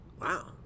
Wow